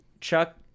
chuck